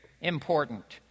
important